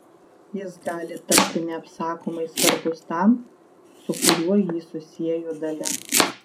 jis gali tapti neapsakomai svarbus tam su kuriuo jį susiejo dalia